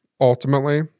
ultimately